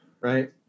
right